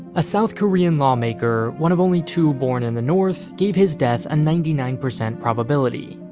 a south korean lawmaker, one of only two born in the north, gave his death a ninety nine percent probability,